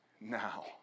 now